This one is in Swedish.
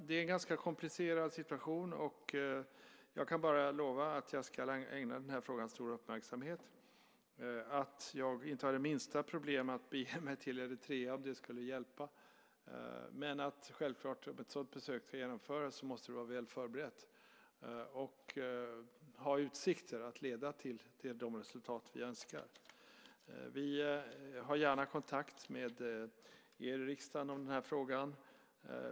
Det är en ganska komplicerad situation, och jag kan bara lova att jag ska ägna frågan stor uppmärksamhet. Jag har inte det minsta problem med att bege mig till Eritrea om det skulle hjälpa. Men självfallet måste ett sådant besök vara väl förberett om det ska genomföras. Det måste finnas utsikter att besöket ska leda till de resultat som vi önskar. Vi har gärna kontakt med er i riksdagen i frågan.